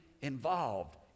involved